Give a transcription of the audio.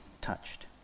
touched